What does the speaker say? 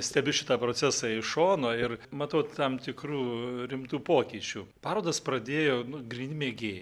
stebiu šitą procesą iš šono ir matau tam tikrų rimtų pokyčių parodas pradėjo nu gryni mėgėjai